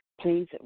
please